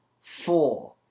four